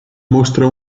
mostra